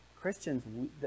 Christians